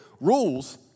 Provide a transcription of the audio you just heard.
Rules